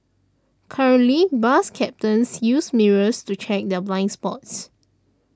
currently bus captains use mirrors to check their blind spots